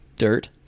dirt